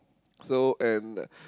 so and